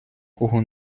кого